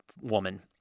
woman